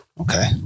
okay